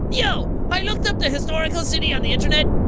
yeah i looked up the historical city on the internet.